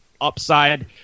upside